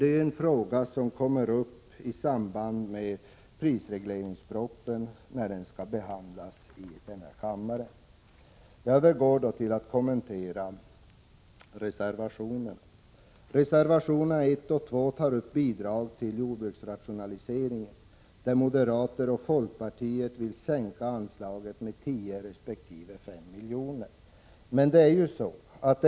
Det är en fråga som kommer upp när prisregleringar tas upp till behandling i kammaren. Jag övergår nu till att kommentera reservationerna. I reservationerna 1 och 2, som tar upp bidrag till jordbrukets rationalisering, vill moderaterna och folkpartiet sänka anslaget med 10 resp. 5 milj.kr.